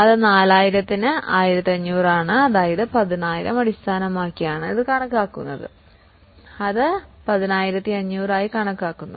അത് 4000 ന് 1500 ആണ് അതായത് 10000 അടിസ്ഥാനമാക്കിയാണ് ഇത് കണക്കാക്കുന്നത് ഇത് 10500 ആയി കണക്കാക്കുന്നു